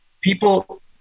People